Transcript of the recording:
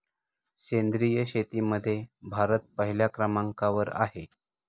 सेंद्रिय शेतीमध्ये भारत पहिल्या क्रमांकावर आहे